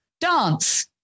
dance